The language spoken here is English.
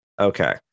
Okay